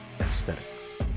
Aesthetics